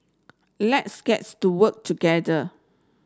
let's gets to work together